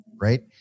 Right